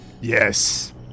Yes